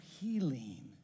healing